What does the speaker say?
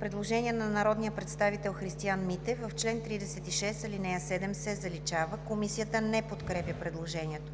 Предложение на народния представител Христиан Митев: „В чл. 36 ал. 7 се заличава“. Комисията не подкрепя предложението.